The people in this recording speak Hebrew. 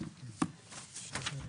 הצבעה אושר.